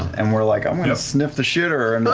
and we're like, i'm going to sniff the shitter, and